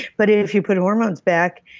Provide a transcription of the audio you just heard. but and if you put hormones back,